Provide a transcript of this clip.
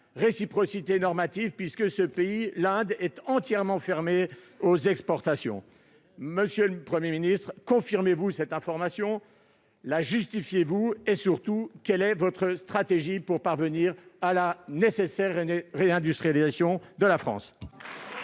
réciprocité normative, puisque l'Inde est un pays entièrement fermé aux exportations. Monsieur le Premier ministre, confirmez-vous cette information, la justifiez-vous ? Surtout, quelle est votre stratégie pour parvenir à la nécessaire réindustrialisation de la France ?